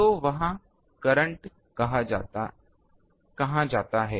तो वह करंट कहाँ जाता है